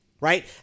right